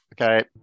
Okay